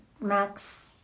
Max